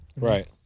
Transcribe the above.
Right